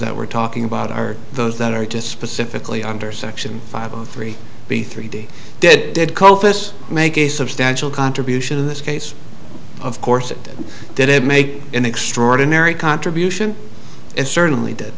that we're talking about are those that are to specifically under section five of three b three d did did copus make a substantial contribution in this case of course it did it make an extraordinary contribution it certainly did